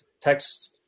text